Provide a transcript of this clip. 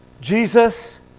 Jesus